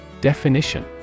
Definition